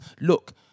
Look